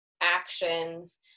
actions